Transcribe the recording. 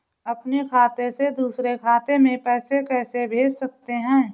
अपने खाते से दूसरे खाते में पैसे कैसे भेज सकते हैं?